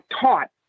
taught